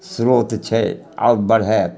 श्रोत छै आओर बढ़ायत